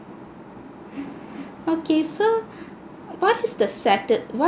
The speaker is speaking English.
okay so what is the saddest what